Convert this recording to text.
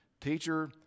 Teacher